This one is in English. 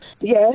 Yes